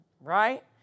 right